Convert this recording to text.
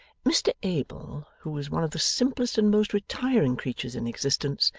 mr abel, who was one of the simplest and most retiring creatures in existence,